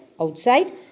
outside